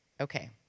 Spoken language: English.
Okay